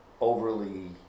Overly